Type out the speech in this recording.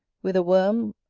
with a worm,